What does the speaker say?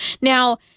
Now